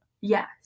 yes